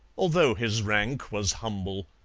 although his rank was humble.